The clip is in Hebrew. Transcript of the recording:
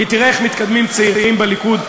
כי תראה איך מתקדמים צעירים בליכוד,